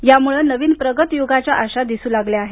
यामुळं नवीन प्रगत यूगाच्या आशा दिसू लागल्या आहेत